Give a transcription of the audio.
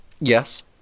yes